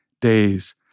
days